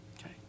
okay